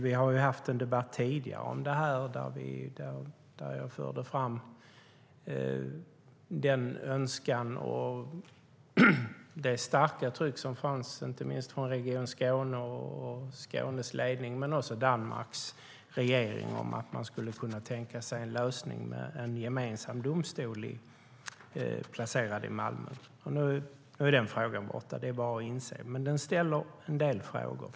Vi har haft en debatt om detta tidigare, och då förde jag fram den önskan och det starka tryck som fanns, inte minst från Region Skåne och Skånes ledning men också från Danmarks regering, om en lösning med en gemensam domstol placerad i Malmö. Nu är den frågan borta - det är bara att inse - men den föranleder en del frågor.